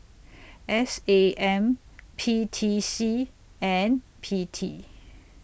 S A M P T C and P T